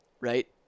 Right